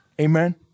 Amen